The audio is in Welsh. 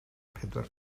pedwar